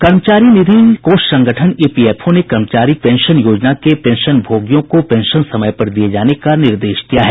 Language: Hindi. कर्मचारी निधि कोष संगठन ईपीएफओ ने कर्मचारी पेंशन योजना के पेंशन भोगियों को पेंशन समय पर दिए जाने का निर्देश दिया है